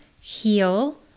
heal